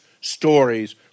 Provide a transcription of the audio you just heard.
stories